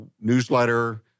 newsletter